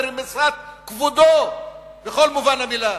זה רמיסת כבודו במלוא מובן המלה.